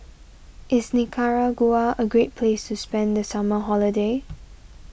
is Nicaragua a great place to spend the summer holiday